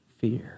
fear